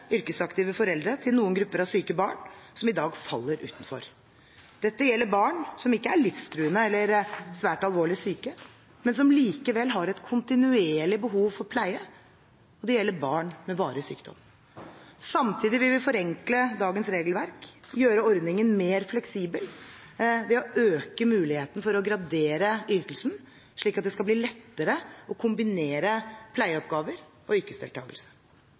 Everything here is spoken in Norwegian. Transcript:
yrkesaktive foreldre til noen grupper av syke barn som i dag faller utenfor. Dette gjelder barn som ikke er livstruende eller svært alvorlig syke, men som likevel har et kontinuerlig behov for pleie, og det gjelder barn med varig sykdom. Samtidig vil vi forenkle dagens regelverk og gjøre ordningen mer fleksibel ved å øke muligheten for å gradere ytelsen slik at det skal bli lettere å kombinere pleieoppgaver og yrkesdeltakelse.